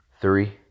Three